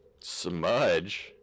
Smudge